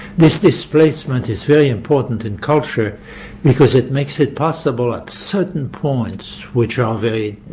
this displacement is very important in culture because it makes it possible at certain points which are very